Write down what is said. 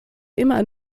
immer